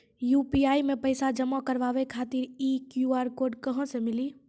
UPI मे पैसा जमा कारवावे खातिर ई क्यू.आर कोड कहां से मिली?